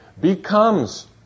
becomes